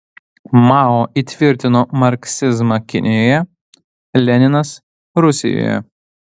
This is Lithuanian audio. mao įtvirtino marksizmą kinijoje leninas rusijoje